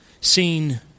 seen